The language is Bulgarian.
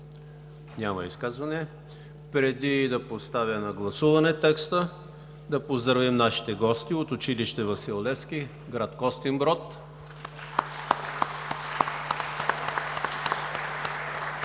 Няма изказвания. Преди да поставям на гласуване текста, да поздравим нашите гости от училище „Васил Левски“ – град Костинброд.